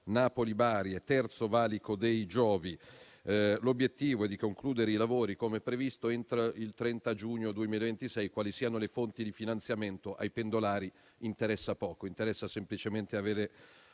Napoli-Bari e Terzo valico dei Giovi, l'obiettivo è di concludere i lavori come previsto entro il 30 giugno 2026. Quali siano le fonti di finanziamento ai pendolari interessa poco, a loro interessa semplicemente avere